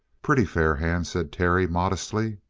pretty fair hand, said terry modestly.